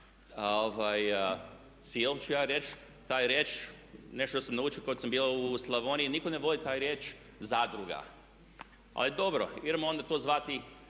cilj ću ja reći, nešto što sam naučio kad sam bio u Slavoniji, nitko ne voli tu riječ zadruga. Ali dobro, idemo onda to zvati